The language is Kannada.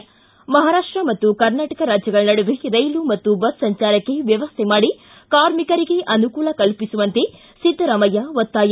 ಿ ಮಹಾರಾಷ್ಟ ಮತ್ತು ಕರ್ನಾಟಕ ರಾಜ್ಯಗಳ ನಡುವೆ ರೈಲು ಮತ್ತು ಬಸ್ ಸಂಚಾರಕ್ಷೆ ವ್ಯವಸ್ಥ ಮಾಡಿ ಕಾರ್ಮಿಕರಿಗೆ ಅನುಕೂಲ ಕಲ್ಪಿಸುವಂತೆ ಸಿದ್ದರಾಮಯ್ಯ ಒತ್ತಾಯ